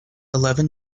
eleven